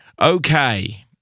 Okay